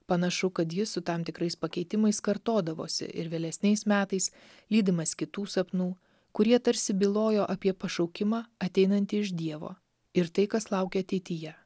panašu kad jis su tam tikrais pakeitimais kartodavosi ir vėlesniais metais lydimas kitų sapnų kurie tarsi bylojo apie pašaukimą ateinantį iš dievo ir tai kas laukia ateityje